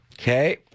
Okay